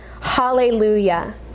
hallelujah